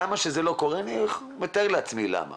אני מתאר לעצמי למה